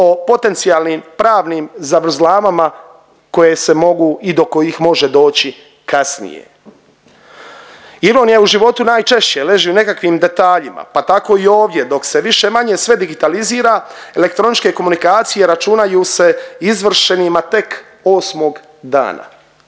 o potencijalnim pravnim zavrzlamama koje se mogu i do kojih može doći kasnije. Ironija u životu najčešće leži u nekakvim detaljima, pa tako i ovdje dok se više-manje sve digitalizira, elektroničke komunikacije računaju se izvršenima tek 8. dana,